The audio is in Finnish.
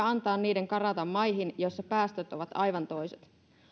antaa karata maihin joissa päästöt ovat aivan toiset